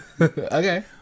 Okay